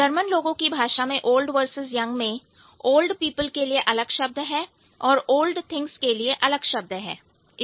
German लोगों की भाषा में ओल्ड वर्सेस यंग में old people के लिए अलग शब्द है और old things के लिए अलग शब्द है